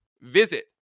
visit